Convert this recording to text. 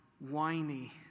whiny